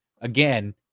again